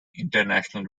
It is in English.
international